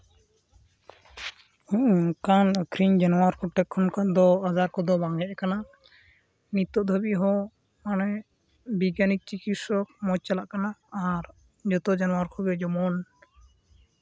ᱚᱱᱠᱟᱱ ᱟᱹᱠᱷᱨᱤᱧ ᱡᱟᱱᱣᱟᱨ ᱠᱚ ᱴᱷᱮᱡ ᱠᱷᱚᱡ ᱫᱚ ᱠᱚᱫᱚ ᱵᱟᱝ ᱦᱮᱡ ᱠᱟᱱᱟ ᱱᱤᱛᱳᱜ ᱫᱷᱟᱹᱵᱤᱡ ᱦᱚᱸ ᱚᱱᱮ ᱵᱤᱜᱽᱜᱟᱱᱤᱠ ᱪᱤᱠᱤᱛᱥᱚᱠ ᱢᱚᱡᱽ ᱪᱟᱞᱟᱜ ᱠᱟᱱᱟ ᱟᱨ ᱡᱚᱛᱚ ᱡᱟᱱᱚᱣᱟᱨ ᱠᱚᱜᱮ ᱡᱮᱢᱚᱱ